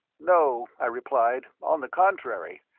no, i replied on the contrary.